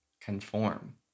conform